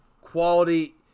quality